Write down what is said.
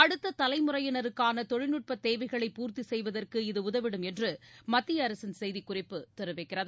அடுத்த தலைமுறையினருக்கான தொழில்நுட்ப தேவைகளை பூர்த்தி செய்வதற்கு இது உதவிடும் என்று மத்திய அரசின் செய்திக் குறிப்பு தெரிவிக்கிறது